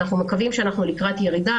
אנחנו מקווים שאנחנו לקראת ירידה,